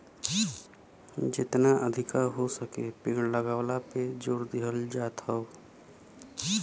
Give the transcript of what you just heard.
जेतना अधिका हो सके पेड़ लगावला पे जोर दिहल जात हौ